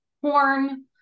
corn